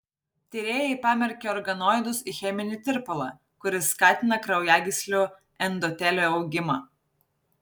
tyrėjai pamerkė organoidus į cheminį tirpalą kuris skatina kraujagyslių endotelio augimą